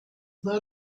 let